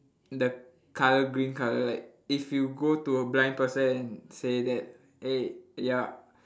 the colour green colour like if you go to a blind person and say that hey ya